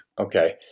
Okay